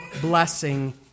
blessing